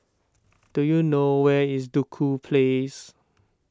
do you know where is Duku Place